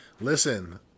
Listen